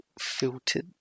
filtered